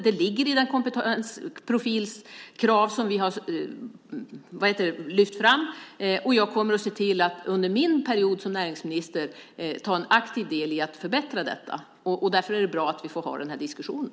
Det ligger i den kravprofil på kompetensen som vi har lyft fram. Jag kommer att under min period som näringsminister ta en aktiv del i att förbättra detta. Därför är det bra att vi får ha denna diskussion.